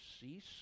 cease